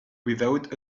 without